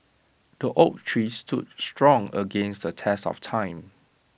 the oak tree stood strong against the test of time